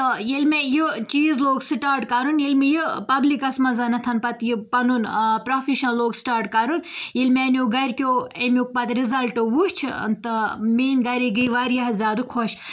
تہٕ ییٚلہِ مےٚ یہِ چیٖز لوٚگ سِٹارٹ کَرُن ییٚلہِ مےٚ یہِ پَبلِکَس منٛزَن پَتہٕ یہِ پَنُن یہِ پرٛوفیشَن لوگ سِٹارٹ کَرُن ییٚلہِ میانٮ۪و گَرکیو اَمیُک پَتہٕ رِزَلٹہٕ وُچھ تہٕ میٛٲنۍ گَرِکۍ گٔے واریاہ زیادٕ خۄش